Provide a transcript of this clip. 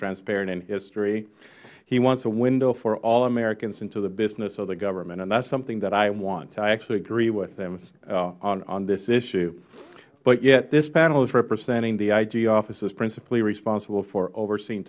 transparent in history he wants a window for all americans into the business of the government and that is something that i want i actually agree with him on this issue but yet this panel is representing the ig offices principally responsible for overseeing